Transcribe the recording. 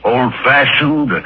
Old-fashioned